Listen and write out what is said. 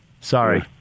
Sorry